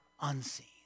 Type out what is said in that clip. Unseen